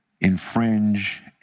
infringe